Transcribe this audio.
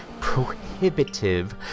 prohibitive